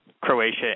Croatia